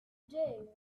day